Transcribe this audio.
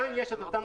בנק ישראל.